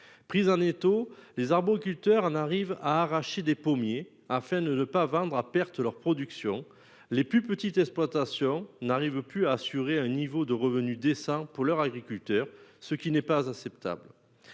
prise en étau, les arboriculteurs en arrivent à arracher des Pommiers afin de ne pas vendre à perte, leur production. Les plus petites exploitations n'arrive plus à assurer un niveau de revenu décent pour leur agriculteurs ce qui n'est pas acceptable.